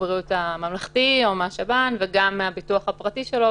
הבריאות הממלכתי או מהשב"ן וגם מהביטוח הפרטי שלו,